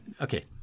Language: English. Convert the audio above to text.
okay